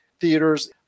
theaters